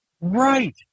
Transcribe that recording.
Right